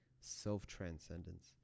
Self-transcendence